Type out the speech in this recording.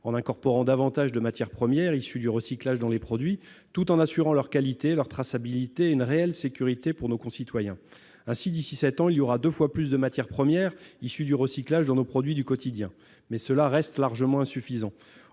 en incorporant davantage de matières premières issues du recyclage dans les produits, tout en assurant leur qualité et leur traçabilité une réelle sécurité pour nos concitoyens ainsi d'ici 7 ans, il y aura 2 fois plus de matières premières issues du recyclage dans nos produits du quotidien, mais cela reste largement insuffisant,